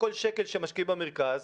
כל שקל שמשקיעים במכרז,